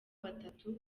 batatu